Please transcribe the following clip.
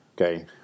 okay